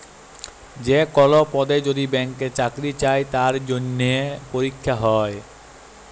যে কল পদে যদি ব্যাংকে চাকরি চাই তার জনহে পরীক্ষা হ্যয়